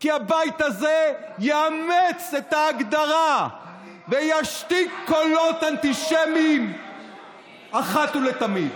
כי הבית הזה יאמץ את ההגדרה וישתיק קולות אנטישמיים אחת ולתמיד.